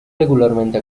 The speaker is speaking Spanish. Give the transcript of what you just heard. regularmente